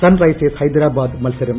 sun risers Hyderabad മത്സരം